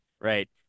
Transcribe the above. Right